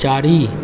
चारि